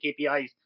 KPIs